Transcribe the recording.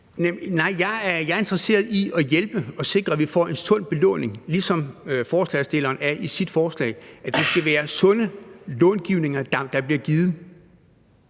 jeg er interesseret i at hjælpe og sikre, at vi får en sund belåning, ligesom forslagsstilleren er i sit forslag, altså at det skal være sunde långivninger, der bliver givet.